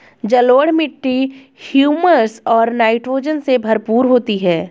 जलोढ़ मिट्टी हृयूमस और नाइट्रोजन से भरपूर होती है